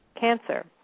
Cancer